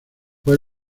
fue